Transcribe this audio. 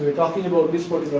talk and about this